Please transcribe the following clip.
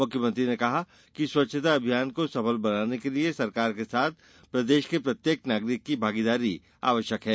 मुख्यमंत्री ने कहा कि स्वच्छता अभियान को सफल बनाने के लिए सरकार के साथ प्रदेश के प्रत्येक नागरिक की भागीदारी जरूरी है